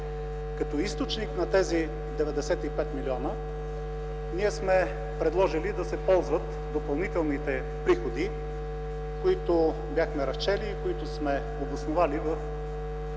Като източник на тези 95 милиона ние сме предложили да се ползват допълнителните приходи, които бяхме разчели и които сме обосновали в